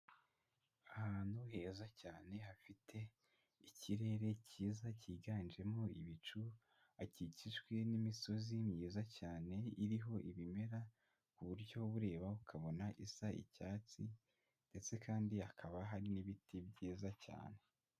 Ahantu heza cyane hafite ikirere cyiza cyiganjemo ibicu, hakikijwe n'imisozi myiza cyane iriho ibimera ku buryo uba ureba ukabona isa icyatsi ndetse kandi hakaba hari n'ibiti byiza cyane.